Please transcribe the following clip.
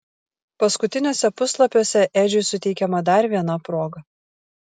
paskutiniuose puslapiuose edžiui suteikiama dar viena proga